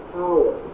power